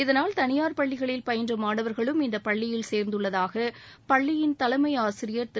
இதனால் தனியார் பள்ளிகளில் பயின்ற மாணவர்களும் இந்தப் பள்ளியில் சேர்ந்துள்ளதாக பள்ளியின் தலைமை ஆசிரியர் திரு